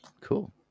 Cool